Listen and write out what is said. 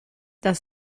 das